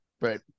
Right